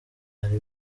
ari